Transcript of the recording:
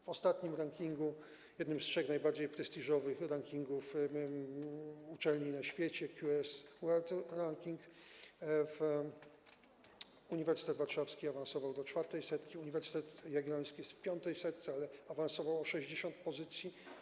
W ostatnim rankingu, jednym z trzech najbardziej prestiżowych rankingów uczelni na świecie - QS World University Ranking Uniwersytet Warszawski awansował do czwartej setki, Uniwersytet Jagielloński jest w piątej setce, ale awansował o 60 pozycji.